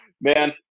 Man